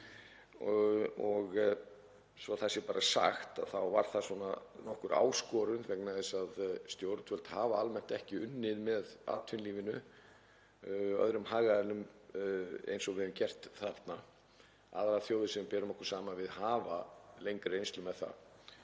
Svo að það sé bara sagt þá var það nokkur áskorun vegna þess að stjórnvöld hafa almennt ekki unnið með atvinnulífinu og öðrum hagaðilum eins og við höfum gert þarna. Aðrar þjóðir sem við berum okkur saman við hafa lengri reynslu í því.